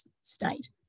state